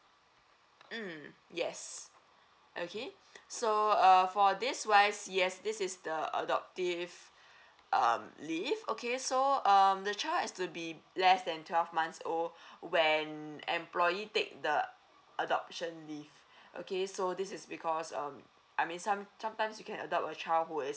mm yes okay so uh for this wise yes this is the adoptive um leave okay so um the child has to be less than twelve months old when employee take the adoption leave okay so this is because um I mean some sometimes you can adopt a child who is